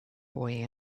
boy